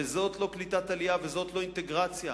וזאת לא קליטת עלייה וזאת לא אינטגרציה,